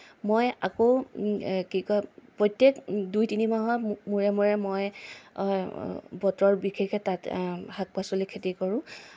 মই আকৌ কি কয় প্ৰত্যেক দুই তিনিমাহৰ মূৰে মূৰে মই বতৰ বিশেষে তাত শাক পাচলিৰ খেতি কৰোঁ